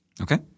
Okay